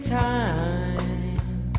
time